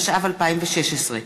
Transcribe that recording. התשע"ו 2016,